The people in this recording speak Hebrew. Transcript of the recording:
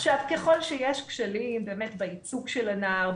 ככל שיש כשלים באמת בייצוג של הנער,